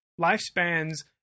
lifespans